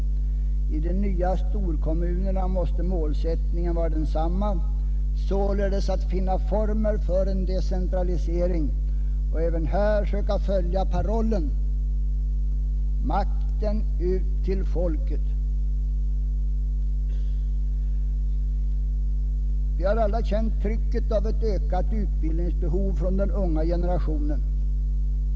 I de nya stora kommunerna måste målsättningen vara densamma, således att finna former för en decentralisering och även här söka följa parollen: Makten ut till folket. Vi har alla känt trycket från den unga generationen av ett ökat utbildningsbehov.